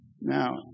Now